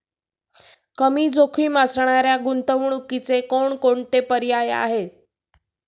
कमी जोखीम असणाऱ्या गुंतवणुकीचे कोणकोणते पर्याय आहे?